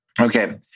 Okay